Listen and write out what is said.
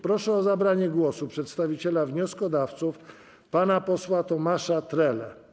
Proszę o zabranie głosu przedstawiciela wnioskodawców pana posła Tomasza Trelę.